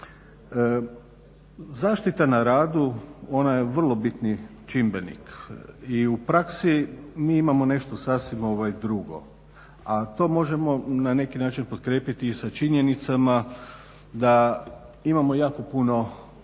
Zaštita na radu ona je vrlo bitni čimbenik i u praksi mi imamo nešto sasvim drugo, a to možemo na neki način potkrijepiti i sa činjenicama da imamo jako puno